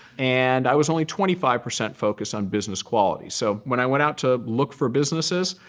and i was only twenty five percent focused on business quality. so when i went out to look for businesses,